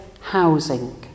housing